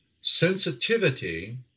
sensitivity